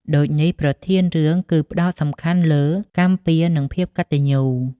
ដូចនេះប្រធានរឿងគឺគេផ្តោតសំខាន់លើកម្មពៀរ និងភាពកត្តញ្ញូ។